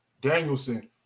Danielson